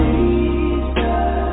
Jesus